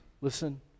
listen